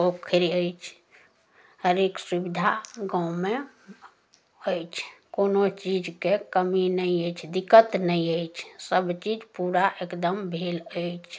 पोखरि अछि हर एक सुविधा गाममे अछि कोनो चीजके कमी नहि अछि दिक्कत नहि अछि सबचीज पूरा एकदम भेल अछि